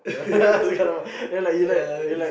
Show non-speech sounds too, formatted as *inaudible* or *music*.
*laughs* like like you like you like